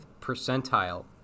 percentile